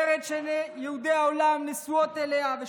ארץ שעיני יהודי העולם נשואות אליה והם